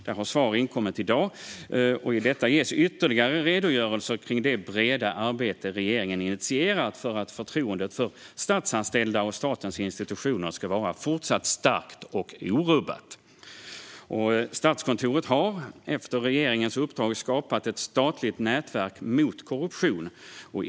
Där har svar inkommit i dag, och i detta ges ytterligare redogörelser för det breda arbete regeringen initierat för att förtroendet för statsanställda och statens institutioner ska vara fortsatt starkt och orubbat. Statskontoret har, efter regeringens uppdrag, skapat ett statligt nätverk mot korruption.